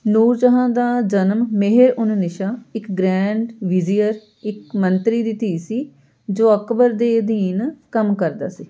ਨੂਰ ਜਹਾਂ ਦਾ ਜਨਮ ਮੇਹਰ ਉਨ ਨਿਸ਼ਾ ਇੱਕ ਗ੍ਰੈਂਡ ਵਿਜ਼ੀਅਰ ਇੱਕ ਮੰਤਰੀ ਦੀ ਧੀ ਸੀ ਜੋ ਅਕਬਰ ਦੇ ਅਧੀਨ ਕੰਮ ਕਰਦਾ ਸੀ